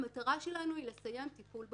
המטרה שלנו היא לסיים טיפול במקום.